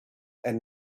and